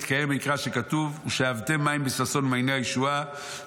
ונתקיים עליהם מקרא שכתוב: 'ושאבתם מים בששון ממעיני הישועה',